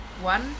one